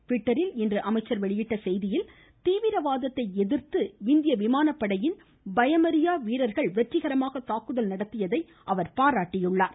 ட்விட்டரில் இன்று அவர் வெளியிட்டுள்ள செய்தியில் தீவிரவாதத்தை எதிர்த்து இந்திய விமானப்படையின் பயமறியா வீரர்கள் வெற்றிகரமாக தாக்குதல் நடத்தியதை அவர் பாராட்டியுள்ளார்